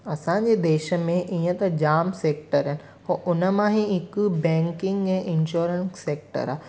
असांजे देश में इअं त जामु सेक्टर आहिनि हो इन मां हि हिकु बैंकिंग ऐं इंशोरेंस सेक्टर आहे